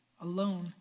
Alone